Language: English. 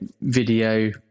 video